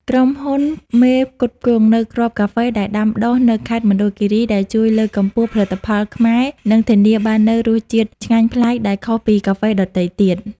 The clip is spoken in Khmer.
ក្រុមហ៊ុនមេផ្គត់ផ្គង់នូវគ្រាប់កាហ្វេដែលដាំដុះនៅខេត្តមណ្ឌលគិរី ដែលជួយលើកកម្ពស់ផលិតផលខ្មែរ និងធានាបាននូវរសជាតិឆ្ងាញ់ប្លែកដែលខុសពីកាហ្វេដទៃទៀត។